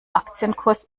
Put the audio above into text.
aktienkurs